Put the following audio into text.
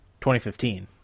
2015